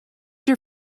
your